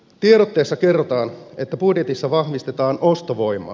tiedotteessa kerrotaan että budjetissa vahvistetaan ostovoimaa